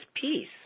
peace